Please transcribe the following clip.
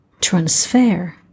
transfer